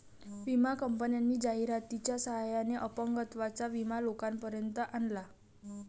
विमा कंपन्यांनी जाहिरातीच्या सहाय्याने अपंगत्वाचा विमा लोकांपर्यंत आणला